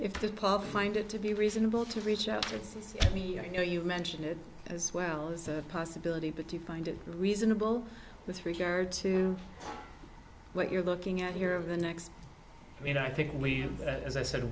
public find it to be reasonable to reach out to me i know you mention it as well as a possibility but do you find it reasonable with regard to what you're looking at here of the next you know i think leave as i said